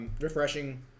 refreshing